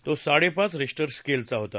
तो साडेपाच रिश्टर स्केलचा होता